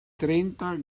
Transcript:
trenta